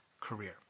career